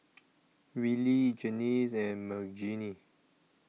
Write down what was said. Rillie Janis and Margene